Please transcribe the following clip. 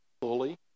fully